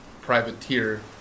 privateer